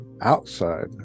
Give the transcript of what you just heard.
outside